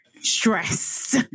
stressed